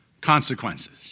consequences